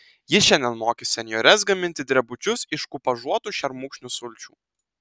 ji šiandien mokys senjores gaminti drebučius iš kupažuotų šermukšnių sulčių